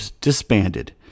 disbanded